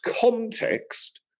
context